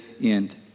end